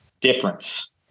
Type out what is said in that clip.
difference